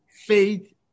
faith